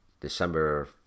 December